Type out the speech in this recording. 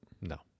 No